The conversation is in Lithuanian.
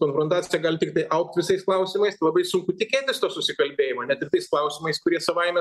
konfrontacija gali tiktai augt visais klausimais labai sunku tikėtis to susikalbėjimo net ir tais klausimais kurie savaime